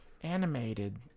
Animated